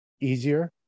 easier